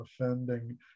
offending